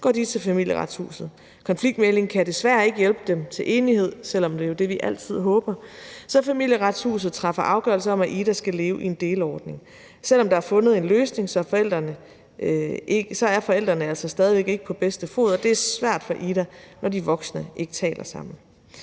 går de til Familieretshuset. Konfliktmæglingen kan desværre ikke hjælpe dem til enighed, selv om det jo er det, vi altid håber, så Familieretshuset træffer afgørelse om, at Ida skal leve i en deleordning. Selv om der er fundet en løsning, er forældrene altså stadig væk ikke på bedste fod, og det er svært for Ida, når de voksne ikke taler sammen.